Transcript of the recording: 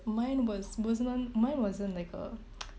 mine was mostly mine wasn't like a